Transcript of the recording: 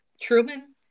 Truman